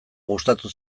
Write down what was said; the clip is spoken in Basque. gustatu